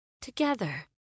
together